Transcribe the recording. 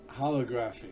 holographic